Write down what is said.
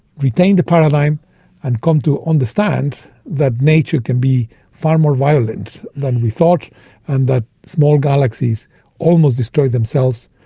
maintain the paradigm and come to understand that nature can be far more violent than we thought and that small galaxies almost destroy themselves,